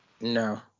No